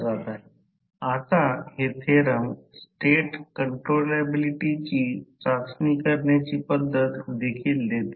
तर लोहाचे लॉस सतत आणि सर्व 24 तासांमध्ये स्थिर आणि विद्यमान असते